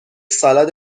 سالاد